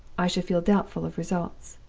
i should feel doubtful of results.